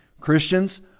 Christians